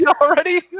already